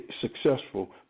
successful